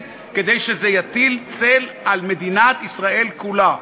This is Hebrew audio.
כדי שזה יטיל צל על מדינת ישראל כולה.